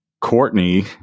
Courtney